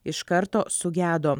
iš karto sugedo